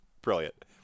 Brilliant